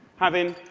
having,